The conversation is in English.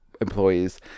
employees